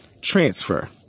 transfer